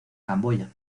camboya